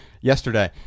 yesterday